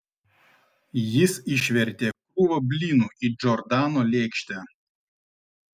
jis išvertė krūvą blynų į džordano lėkštę